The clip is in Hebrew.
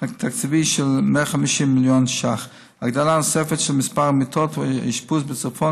תקציבי של 150 מיליון ₪; הגדלה נוספת של מספר מיטות האשפוז בצפון,